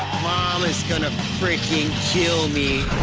mom is gonna freakin' kill me.